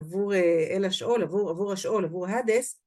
עבור אל השאול, עבור השאול, עבור האדס.